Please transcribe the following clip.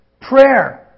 Prayer